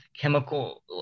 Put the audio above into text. chemical